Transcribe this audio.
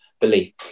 belief